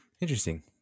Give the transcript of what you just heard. interesting